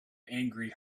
angry